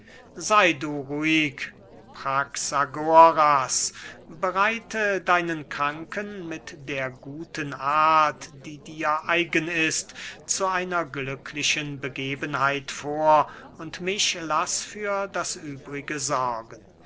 sey du ruhig praxagoras bereite deinen kranken mit der guten art die dir eigen ist zu einer glücklichen begebenheit vor und mich laß für das übrige sorgen